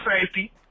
safety